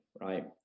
right